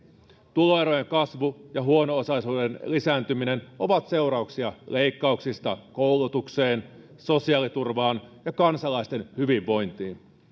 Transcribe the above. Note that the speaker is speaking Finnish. tuloerojen kasvu ja huono osaisuuden lisääntyminen ovat seurauksia leikkauksista koulutukseen sosiaaliturvaan ja kansalaisten hyvinvointiin